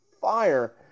fire